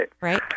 Right